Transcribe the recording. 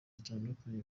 zitandukanye